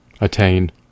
attain